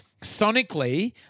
sonically